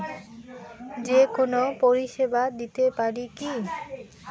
যে কোনো পরিষেবা দিতে পারি কি?